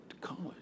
college